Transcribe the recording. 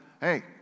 Hey